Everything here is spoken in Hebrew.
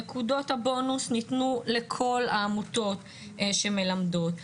נקודות הבונוס ניתנו לכל העמותות שמלמדות.